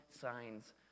signs